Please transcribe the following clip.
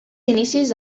inicis